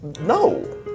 no